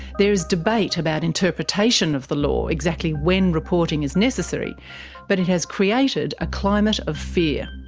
there is debate about interpretation of the law exactly when reporting is necessary but it has created a climate of fear.